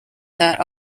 that